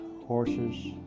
horses